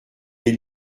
des